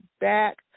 back